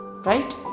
Right